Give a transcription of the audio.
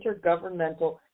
Intergovernmental